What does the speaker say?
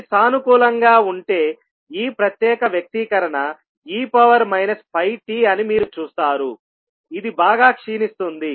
ఇది సానుకూలంగా ఉంటే ఈ ప్రత్యేక వ్యక్తీకరణ e pit అని మీరు చూస్తారుఇది బాగా క్షీణిస్తుంది